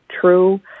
true